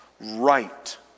right